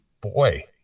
boy